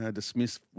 dismissed